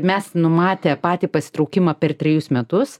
mes numatę patį pasitraukimą per trejus metus